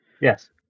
Yes